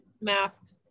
math